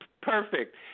perfect